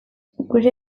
gure